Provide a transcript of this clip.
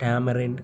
tamarind